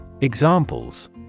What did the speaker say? Examples